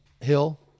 hill